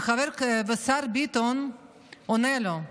והשר ביטון עונה לו: